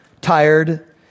Tired